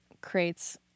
creates